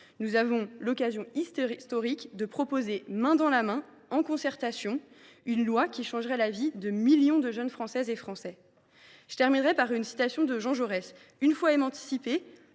Nous avons l’occasion historique de proposer, main dans la main, en concertation, une loi qui changerait la vie de millions de jeunes Françaises et de jeunes Français. Je terminerai par une citation de Jean Jaurès